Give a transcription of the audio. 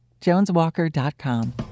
JonesWalker.com